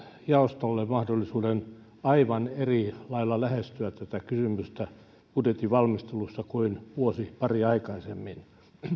jaostolle mahdollisuuden aivan eri lailla lähestyä tätä kysymystä budjetin valmistelussa kuin vuosi pari aikaisemmin